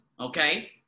Okay